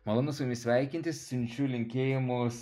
malonu su jumis sveikintis siunčiu linkėjimus